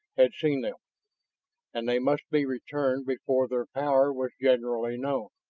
had seen them and they must be returned before their power was generally known.